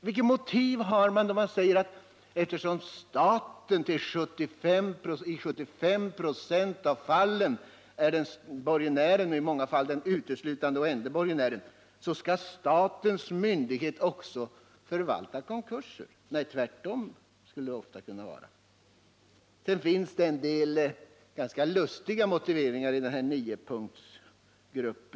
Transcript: Vilket motiv har man för att säga att eftersom staten i 75 96 av fallen är borgenär, i många fall den ende borgenären, så skall statlig myndighet också förvalta konkursen? Jag skulle vilja säga att det förhållandet ger anledning till en helt motsatt uppfattning. Sedan finns det en del ganska lustiga motiveringar bland de här nio som räknats upp.